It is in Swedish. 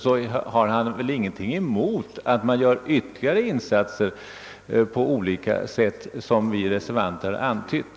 Herr Kellgren har väl ingenting emot att man gör ytterligare insatser på olika sätt, som vi reservanter antytt.